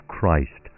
Christ